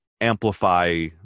amplify